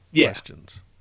questions